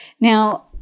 Now